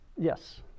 Yes